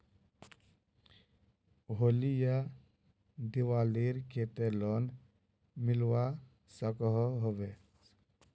होली या दिवालीर केते लोन मिलवा सकोहो होबे?